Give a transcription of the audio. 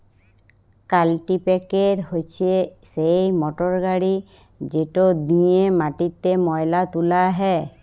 কাল্টিপ্যাকের হছে সেই মটরগড়ি যেট দিঁয়ে মাটিতে ময়লা তুলা হ্যয়